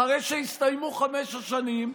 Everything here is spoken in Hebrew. אחרי שהסתיימו חמש השנים,